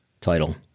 title